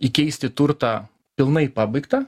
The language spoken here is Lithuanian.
įkeisti turtą pilnai pabaigtą